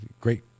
great